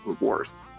worse